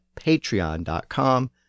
patreon.com